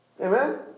Amen